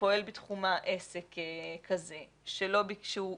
שפועל בתחומה עסק כזה שלא ביקשו,